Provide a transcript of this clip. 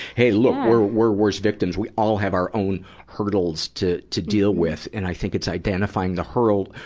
hey, look. we're, we're worse victims. we all have our own hurdles to, to deal with. and i think it's identifying the hurld,